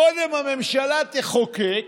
קודם הממשלה תחוקק,